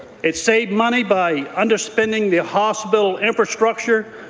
it saved money by underspending the hospital infrastructure,